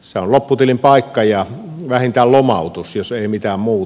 se on lopputilin paikka ja vähintään lomautus jos ei mitään muuta